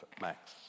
max